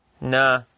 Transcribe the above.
Nah